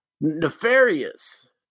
nefarious